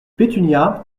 pétunia